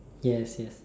yes yes